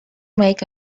make